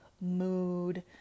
mood